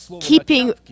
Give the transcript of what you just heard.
keeping